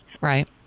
Right